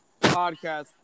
podcast